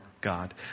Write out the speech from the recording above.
God